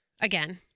again